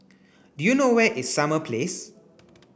do you know where is Summer Place